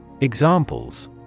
Examples